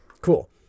Cool